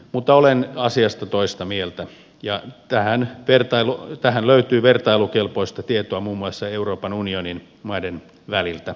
mutta olen asiasta toista mieltä ja tähän löytyy vertailukelpoista tietoa muun muassa euroopan unionin maiden väliltä